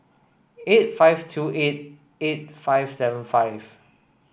eight five two eight eight five seven five